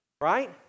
Right